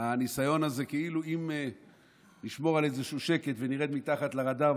הניסיון הזה שנשמור על איזשהו שקט ונרד מתחת לרדאר,